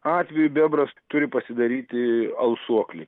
atveju bebras turi pasidaryti alsuoklį